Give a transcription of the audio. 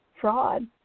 fraud